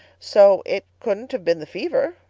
so it couldn't have been the fever.